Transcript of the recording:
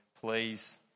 please